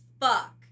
fuck